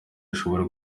ashobora